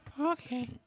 Okay